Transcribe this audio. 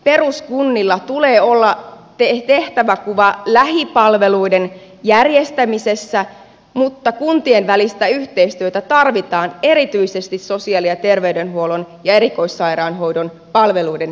peruskunnilla tulee olla tehtäväkuva lähipalveluiden järjestämisessä mutta kuntien välistä yhteistyötä tarvitaan erityisesti sosiaali ja terveydenhuollon ja erikoissairaanhoidon palveluiden järjestämiseksi